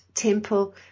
temple